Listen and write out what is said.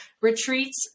retreats